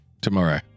tomorrow